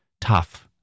tough